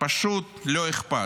פשוט לא אכפת.